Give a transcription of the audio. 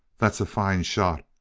that's a fine shot.